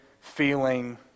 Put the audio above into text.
feeling